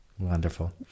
Wonderful